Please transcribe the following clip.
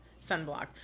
sunblock